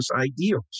ideals